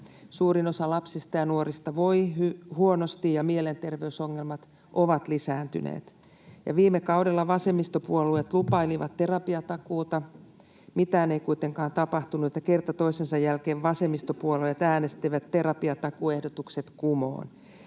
suurin osa lapsista ja nuorista voi huonosti ja mielenterveysongelmat ovat lisääntyneet. Viime kaudella vasemmistopuolueet lupailivat terapiatakuuta. [Oikealta: Äänestivät vastaan!] Mitään ei kuitenkaan tapahtunut, ja kerta toisensa jälkeen vasemmistopuolueet äänestivät terapiatakuuehdotukset kumoon.